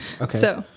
Okay